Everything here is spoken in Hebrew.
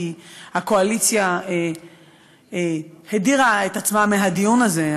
כי כל הקואליציה הדירה את עצמה מהדיון הזה.